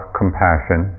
compassion